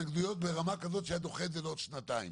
התנגדויות ברמה כזאת שהיה דוחה את זה לעוד שנתיים.